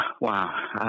Wow